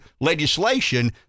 legislation